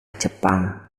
jepang